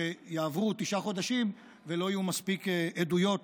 שיעברו תשעה חודשים ולא יהיו מספיק עדויות